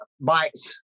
bikes